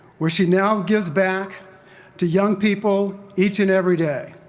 where she now gives back to young people, each and everyday.